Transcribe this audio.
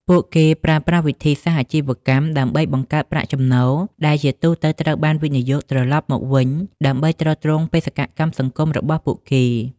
ពួកគេប្រើប្រាស់វិធីសាស្រ្តអាជីវកម្មដើម្បីបង្កើតប្រាក់ចំណូល ដែលជាទូទៅត្រូវបានវិនិយោគត្រឡប់មកវិញដើម្បីទ្រទ្រង់បេសកកម្មសង្គមរបស់ពួកគេ។